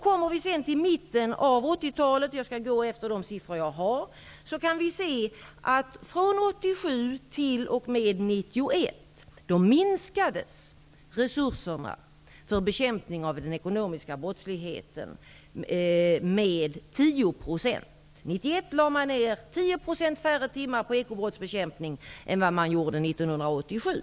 Under perioden 1987--1991 minskades resurserna för bekämpning av den ekonomiska brottsligheten med 10 %. År 1991 lade man ner 10 % färre timmar på ekobrottsbekämpning än vad man gjorde år 1987.